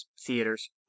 theaters